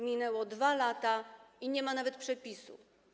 Minęły 2 lata i nie ma nawet przepisu.